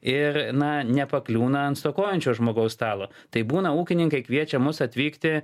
ir na nepakliūna ant stokojančio žmogaus stalo tai būna ūkininkai kviečia mus atvykti